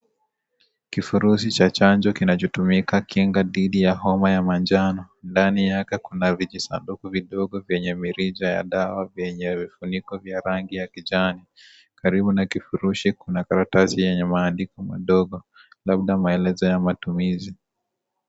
Kifurushi cha chanjo kinachotukika kinga dhidi ya homa ya manjano. Ndani yake kuna vijisanduku vidogo vyenye mirija ya dawa vyenye vifuniko vya rangi ya kijano. Karibu na kifurushi kuna karatasi yenye maandiko madogo labda maelezo ya matumizi.